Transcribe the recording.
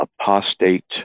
apostate